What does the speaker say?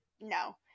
no